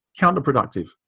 counterproductive